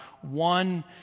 one